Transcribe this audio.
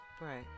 Right